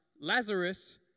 Lazarus